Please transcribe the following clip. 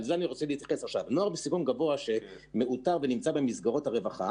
נוער בסיכון גבוה שמאותר ונמצא במסגרות הרווחה,